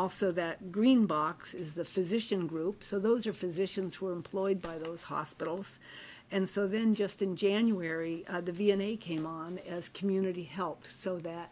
also that green box is the physician group so those are physicians who are employed by those hospitals and so then just in january the v n a came on as community help so that